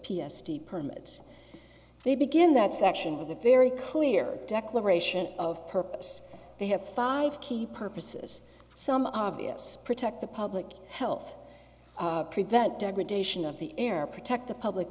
t permits they begin that section with a very clear declaration of purpose they have five key purposes some obvious protect the public health prevent degradation of the air protect the public